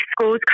schools